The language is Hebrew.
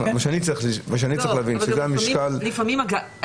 לפעמים הגעת